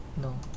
No